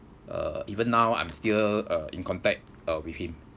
uh even now I'm still uh in contact with him